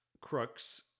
crooks